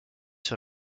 sur